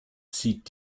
zieht